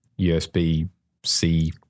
USB-C